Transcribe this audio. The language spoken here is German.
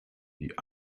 die